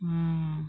mm